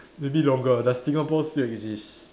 maybe longer does Singapore still exist